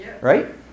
Right